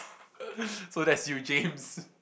so that's you James